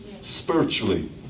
spiritually